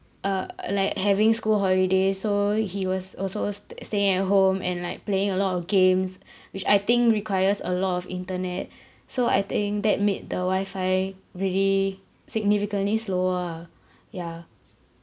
uh like having school holiday so he was also uh st~ staying at home and like playing a lot of games which I think requires a lot of internet so I think that made the wifi really significantly slow ah ya